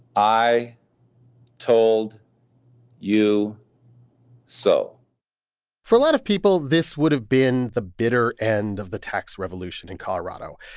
i told you so for a lot of people, this would've been the bitter end of the tax revolution in colorado.